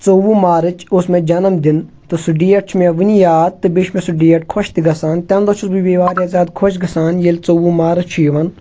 ژوٚوُہ مارٕچ اوس مےٚ جَنَم دِن تہٕ سُہ ڈیٹ چھُ مےٚ وُنہِ یاد تہٕ بیٚیہِ چھُ مےٚ سُہ ڈیٹ خۄش تہِ گژھان تَمہِ دۅہ چھُس بہٕ بیٚیہِ وارِیاہ زیادٕ خۄش گَژھان ییٚلہِ ژوٚوُہ مارچ چھُ یِوان